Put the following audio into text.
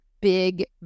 big